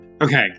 Okay